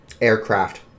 aircraft